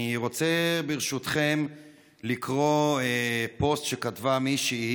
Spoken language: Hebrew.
אני רוצה ברשותכם לקרוא פוסט שכתבה מישהי